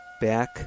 back